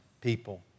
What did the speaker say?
people